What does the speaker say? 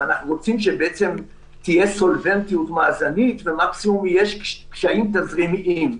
אנחנו רוצים שתהיה סולבנטיות מאזנית ולדעת שמקסימום יש קשיים תזרימיים.